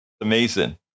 amazing